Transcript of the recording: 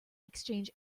exchange